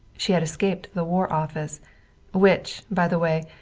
she had escaped the war office which, by the way,